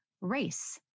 race